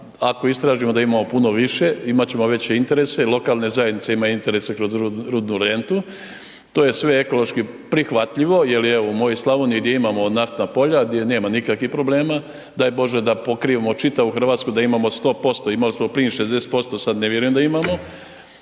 ako istražimo da imamo puno više, imat ćemo veće interese, lokalne zajednice imaju interese kroz rudnu rentu, to je sve ekološki prihvatljivo jer evo, u mojoj Slavoniji gdje imamo naftna polja, gdje nema nikakvih problema, daj bože da pokrijemo čitavu Hrvatsku da imamo 100%, imali smo prije plin 60%, sad ne vjerujem da imamo,